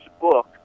book